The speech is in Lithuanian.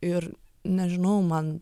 ir nežinau man